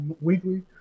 weekly